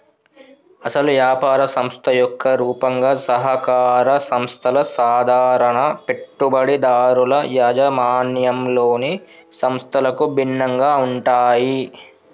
అసలు యాపార సంస్థ యొక్క రూపంగా సహకార సంస్థల సాధారణ పెట్టుబడిదారుల యాజమాన్యంలోని సంస్థలకు భిన్నంగా ఉంటాయి